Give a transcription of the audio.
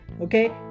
okay